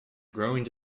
growing